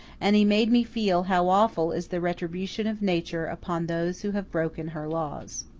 and he made me feel how awful is the retribution of nature upon those who have broken her laws.